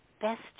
best